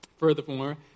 Furthermore